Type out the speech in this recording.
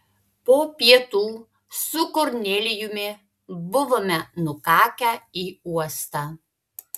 po pietų su kornelijumi buvome nukakę į uostą